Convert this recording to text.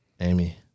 Amy